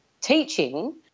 teaching